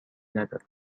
ندارد